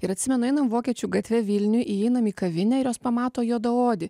ir atsimenu einam vokiečių gatve vilniuj įeinam į kavinę ir jos pamato juodaodį